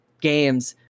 games